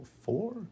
four